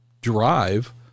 drive